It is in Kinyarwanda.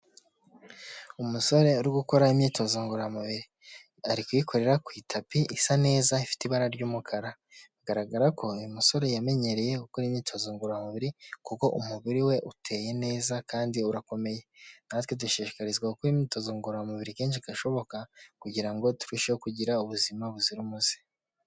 Umusore uri gukora imyitozo ngororamubiri ari kuyikorera ku itapi isa neza ifite ibara ry'umukara, bigaragara ko uyu musore yamenyereye gukora imyitozo ngororamubiri kuko umubiri we uteye neza kandi urakomeye. Natwe dushishikarizwa gukora imyitozo ngororamubiri kenshi gashoboka kugira ngo turusheho kugira ubuzima buzira umuze.